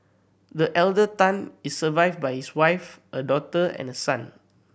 the elder Tan is survived by his wife a daughter and a son